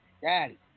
Daddy